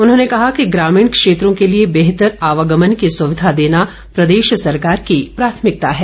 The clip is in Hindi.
उन्होंने कहा कि ग्रामीण क्षेत्रों के लिए बेहतर आवागमन की सुविधा देना प्रदेश सरकार की प्राथमिकता है